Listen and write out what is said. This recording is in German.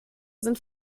sind